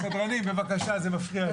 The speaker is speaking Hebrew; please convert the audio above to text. סדרנים, בבקשה, זה מפריע לי.